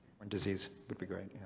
and disease would be great,